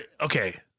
Okay